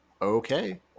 okay